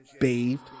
bathed